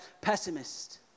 pessimist